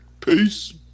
Peace